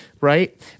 right